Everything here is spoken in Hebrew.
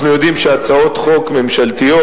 אנחנו יודעים שהצעות חוק ממשלתיות,